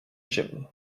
gent